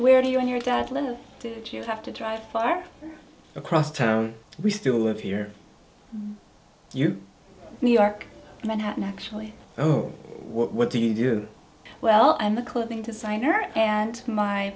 where you and your dad little did you have to drive far across town we still live here you new york manhattan actually oh what do you do well i'm a clothing designer and my